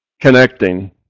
connecting